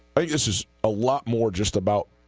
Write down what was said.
ah this is a lot more just about